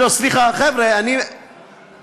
איתן, בסדר, התנצלת, יאללה, אמרנו.